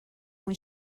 when